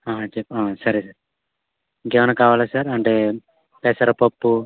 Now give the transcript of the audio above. చెప్పా సరే సార్ ఇంకా ఏవన్నా కావాలా సార్ అంటే పెసర పప్పు